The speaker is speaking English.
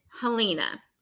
Helena